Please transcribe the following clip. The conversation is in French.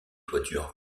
toitures